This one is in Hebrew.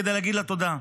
כדי להגיד לה תודה.